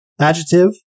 adjective